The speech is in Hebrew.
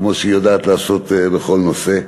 כמו שהיא יודעת לעשות בכל נושא.